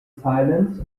silence